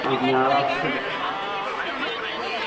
हांजी हां अस तुसें